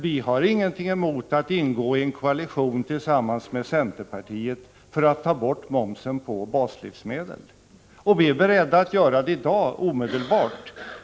Vi har ingenting emot att ingå i en koalition tillsammans med centerpartiet för att ta bort momsen på baslivsmedel, och vi är beredda att göra det i dag, omedelbart.